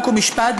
חוק ומשפט,